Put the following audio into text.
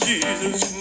Jesus